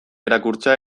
irakurtzea